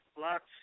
Lots